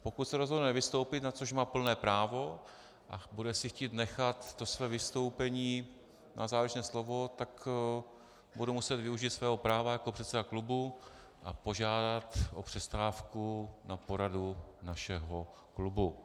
Pokud se rozhodne nevystoupit, na což má plné právo, a bude si chtít nechat své vystoupení na závěrečné slovo, tak budu muset využít svého práva jako předseda klubu a požádat o přestávku na poradu našeho klubu.